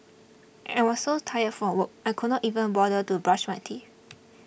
I was so tired from work I could not even bother to brush my teeth